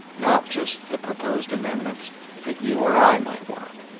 not just the proposed amendments that you or i might want.